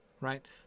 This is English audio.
right